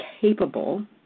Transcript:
capable